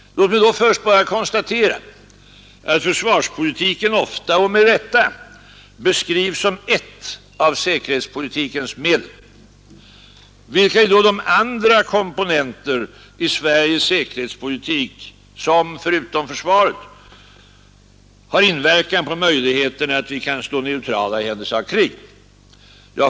Låt mig då först bara konstatera att försvarspolitiken ofta och med rätta beskrivs som ett av säkerhetspolitikens medel. Vilka är då de andra komponenter i Sveriges säkerhetspolitik som förutom försvaret har inverkan på möjligheten att vi skall stå neutrala i händelse av krig?